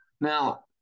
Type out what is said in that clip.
Now